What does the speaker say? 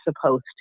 supposed